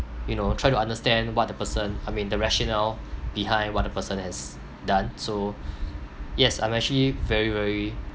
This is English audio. you know try to understand what the person I mean the rationale behind what the person has done so yes I'm actually very very